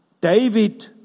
David